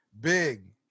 big